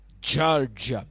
judge